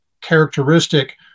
characteristic